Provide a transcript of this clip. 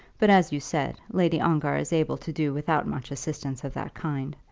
but, as you said, lady ongar is able to do without much assistance of that kind.